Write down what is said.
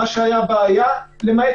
הבעיה הייתה התהליך